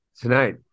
tonight